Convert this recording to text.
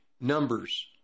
numbers